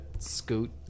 Scoot